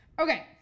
Okay